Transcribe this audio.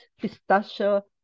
pistachio